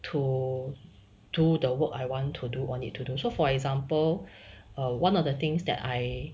to do the work I want to do on it to do so for example uh one of the things that I